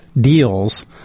deals